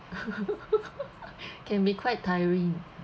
can be quite tiring